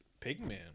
Pigman